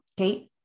okay